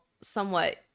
somewhat